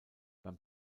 beim